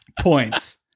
points